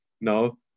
No